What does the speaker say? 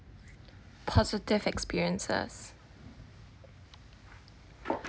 positive experiences